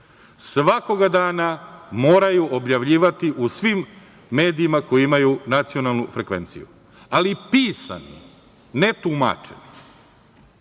svakog dana moraju objavljivati u svim medijima koji imaju nacionalnu frekvenciju, ali pisani, ne tumačeni,